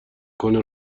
کنه